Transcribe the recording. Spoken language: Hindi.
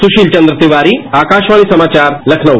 सुशील चंद्र तिवारी आकाशवाणी समाचार लखनऊ